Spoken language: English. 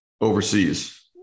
overseas